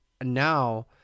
now